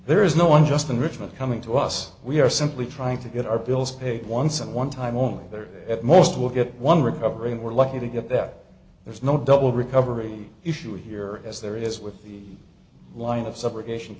there is no one just in richmond coming to us we are simply trying to get our bills paid once and one time only there at most we'll get one recovering we're lucky to get that there's no double recovery issue here as there is with the line of subrogation